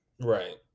right